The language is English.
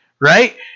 right